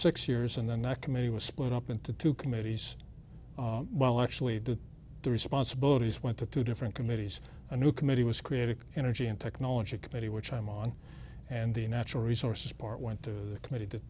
six years and then that committee was split up into two committees well actually the the responsibilities went to two different committees a new committee was created energy and technology committee which i'm on and the natural resources part went to the committee th